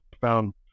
found